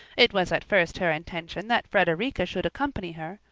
it was at first her intention that frederica should accompany her,